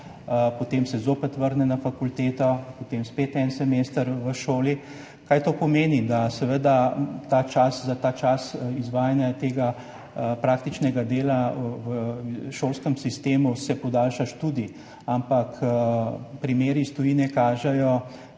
potem se zopet vrne na fakulteto, potem spet en semester v šoli. Kaj to pomeni? Da se seveda za čas izvajanja tega praktičnega dela v šolskem sistemu podaljša študij, ampak primeri iz tujine kažejo,